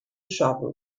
shovel